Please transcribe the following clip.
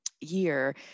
year